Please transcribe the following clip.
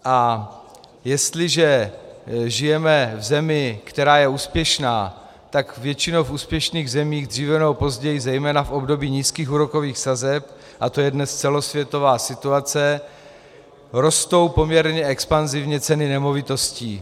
A jestliže žijeme v zemi, která je úspěšná, tak většinou v úspěšných zemích dříve nebo později, zejména v období nízkých úrokových sazeb, a to je dnes celosvětová situace, rostou poměrně expanzivně ceny nemovitostí.